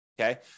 okay